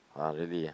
!huh! really ah